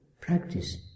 practice